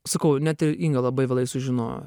sakau net ir inga labai vėlai sužinojo